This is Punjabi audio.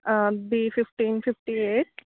B fifteen fifty eight